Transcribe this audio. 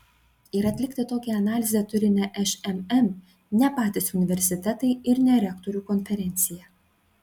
ir atlikti tokią analizę turi ne šmm ne patys universitetai ir ne rektorių konferencija